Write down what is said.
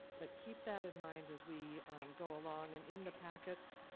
but keep that in mind as we go along, and in the packets,